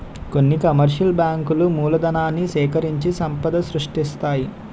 కొన్ని కమర్షియల్ బ్యాంకులు మూలధనాన్ని సేకరించి సంపద సృష్టిస్తాయి